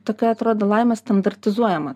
tokia atrodo laimė standartizuojama